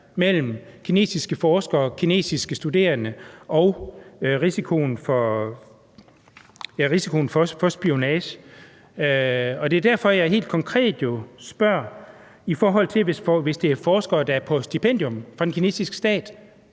mellem kinesiske forskere og studerende og risikoen for spionage? Det er derfor, jeg helt konkret spørger om forskere, der er her på et stipendium fra den kinesiske stat.